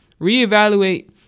Reevaluate